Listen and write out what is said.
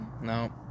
No